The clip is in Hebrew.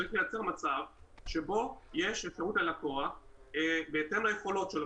צריך לייצר מצב שבו יש אפשרות ללקוח בהתאם ליכולות שלו,